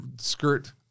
skirt